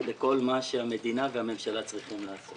לכל מה שהמדינה והממשלה צריכות לעשות.